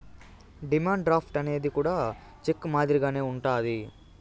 demand draft అనేది కూడా cheque మాదిరిగానే ఉంటది